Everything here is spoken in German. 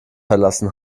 verlassen